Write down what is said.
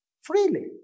freely